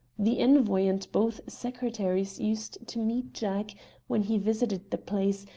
the envoy and both secretaries used to meet jack when he visited the place,